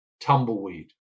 Tumbleweed